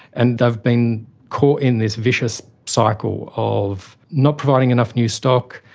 and they have been caught in this vicious cycle of not providing enough new stock,